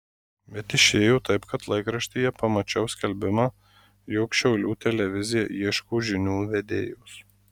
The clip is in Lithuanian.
bet išėjo taip kad laikraštyje pamačiau skelbimą jog šiaulių televizija ieško žinių vedėjos